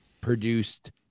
produced